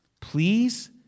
Please